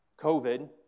COVID